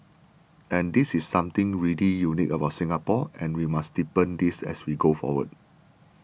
and this is something really unique about Singapore and we must deepen this as we go forward